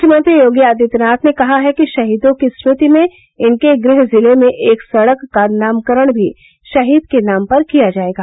मुख्यमंत्री योगी आदित्यनाथ ने कहा है कि शहीदो की स्मृति में इनके गृह जिले में एक सड़क का नामकरण भी शहीद के नाम पर किया जायेगा